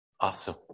awesome